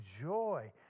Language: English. joy